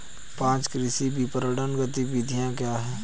पाँच कृषि विपणन गतिविधियाँ क्या हैं?